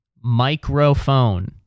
Microphone